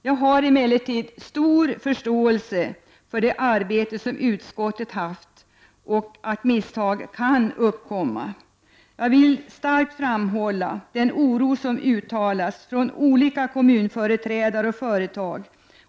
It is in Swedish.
Jag har emellertid stor förståelse för det arbete som utskottet har haft och sluter mig till att misstag kan uppkomma. Jag vill starkt framhålla den oro som uttalas från olika kommunföreträdare och företag.